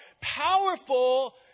powerful